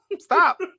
stop